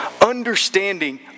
Understanding